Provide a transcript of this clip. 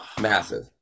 Massive